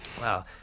Wow